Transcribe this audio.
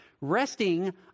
Resting